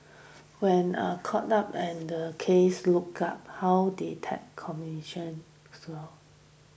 when are caught up and the cases look up how they tap communition slow